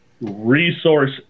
resource